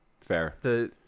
Fair